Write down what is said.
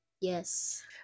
Yes